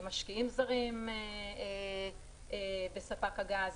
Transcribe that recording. משקיעים זרים בספק הגז.